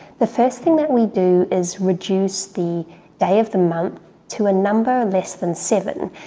the first thing that we do is reduce the day of the month to a number less than seven.